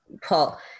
Paul